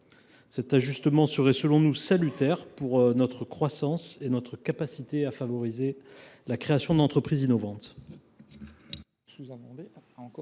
Cet ajustement serait selon nous salutaire pour notre croissance et notre capacité à favoriser la création d’entreprises innovantes.